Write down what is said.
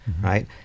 right